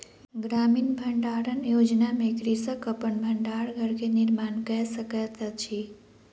ग्रामीण भण्डारण योजना में कृषक अपन भण्डार घर के निर्माण कय सकैत अछि